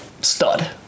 stud